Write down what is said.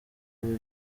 ibi